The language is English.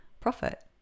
profit